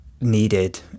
Needed